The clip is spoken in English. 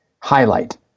highlight